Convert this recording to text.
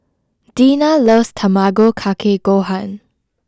Dina loves Tamago Kake Gohan